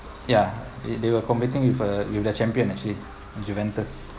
ya they they were competing with uh with the championship actually juventus